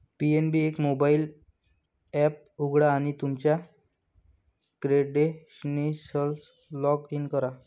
PNB एक mobile app उघडा आणि तुमच्या क्रेडेन्शियल्ससह लॉग इन करा